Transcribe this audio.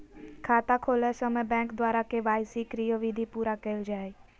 खाता खोलय समय बैंक द्वारा के.वाई.सी क्रियाविधि पूरा कइल जा हइ